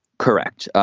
correct.